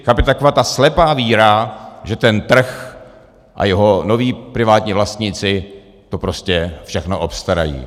Tam je taková ta slepá víra, že ten trh a jeho noví privátní vlastníci to prostě všechno obstarají.